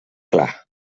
clar